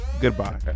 Goodbye